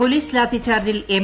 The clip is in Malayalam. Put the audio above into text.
പൊലീസ് ലാത്തിച്ചാർജിൽ എം